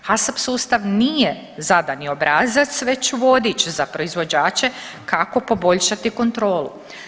HACCP sustav nije zadani obrazac već vodič za proizvođače kako poboljšati kontrolu.